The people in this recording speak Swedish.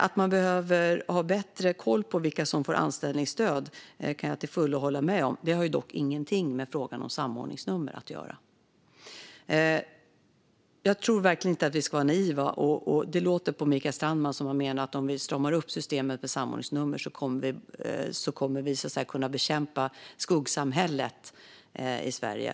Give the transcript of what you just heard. Att man behöver ha bättre koll på vilka som får anställningsstöd kan jag till fullo hålla med om. Det har dock ingenting med frågan om samordningsnummer att göra. Jag tror verkligen inte att vi ska vara naiva. Det låter som om Mikael Strandman menar att om vi stramar upp systemet med samordningsnummer kommer vi att kunna bekämpa skuggsamhället i Sverige.